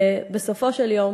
בסופו של יום,